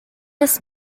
las